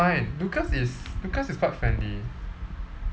fine lucas is lucas is quite friendly